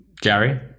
Gary